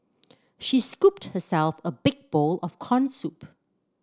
she scooped herself a big bowl of corn soup